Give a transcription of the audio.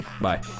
Bye